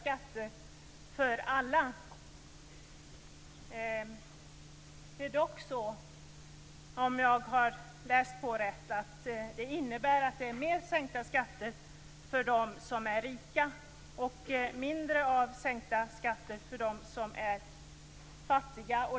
Det är dock på det sättet, om jag har läst på rätt, att det innebär en större sänkning av skatterna för dem som är rika och en mindre sänkning av skatterna för dem som är fattiga.